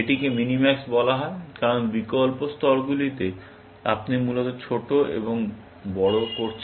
এটিকে মিনিম্যাক্স বলা হয় কারণ বিকল্প স্তরগুলিতে আপনি মূলত ছোট এবং বড় করছেন